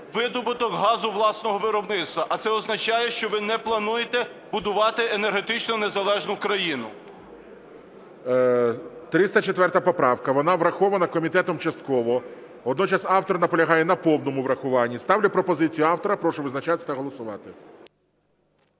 видобуток газу власного виробництва, а це означає, що ви не плануєте будувати енергетично незалежну країну. ГОЛОВУЮЧИЙ. 304 поправка, вона врахована комітетом частково, водночас автор наполягає на повному врахуванні. Ставлю пропозицію автора, прошу визначатись та голосувати.